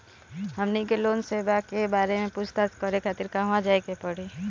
हमनी के लोन सेबा के बारे में पूछताछ करे खातिर कहवा जाए के पड़ी?